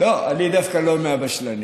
לא, אני דווקא לא מהבשלנים.